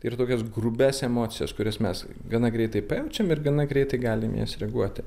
ir tokias grubias emocijas kurias mes gana greitai pajaučiam ir gana greitai galim į jas reaguoti